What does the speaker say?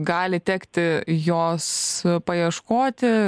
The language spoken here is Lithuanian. gali tekti jos paieškoti